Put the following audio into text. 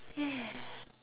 yes